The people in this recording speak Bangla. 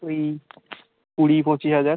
ওই কুড়ি পঁচিশ হাজার